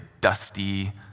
dusty